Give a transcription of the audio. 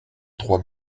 trois